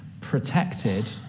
protected